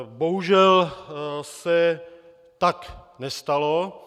Bohužel se tak nestalo.